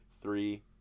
Three